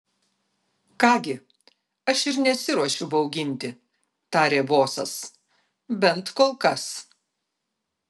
ką gi aš ir nesiruošiu bauginti tarė bosas bent kol kas